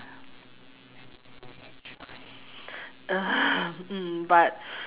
hmm but